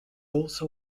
also